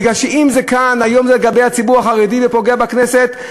בגלל שאם זה כאן היום לגבי הציבור החרדי וזה פוגע בכנסת,